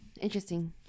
Interesting